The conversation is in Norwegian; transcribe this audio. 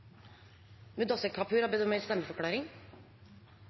Ingen har bedt om